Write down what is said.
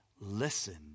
Listen